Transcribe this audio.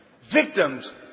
Victims